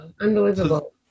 unbelievable